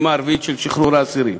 את הפעימה הרביעית של שחרור האסירים.